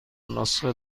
نسخه